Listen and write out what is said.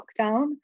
lockdown